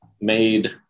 made